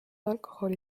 alkoholi